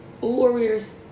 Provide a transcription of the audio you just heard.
warriors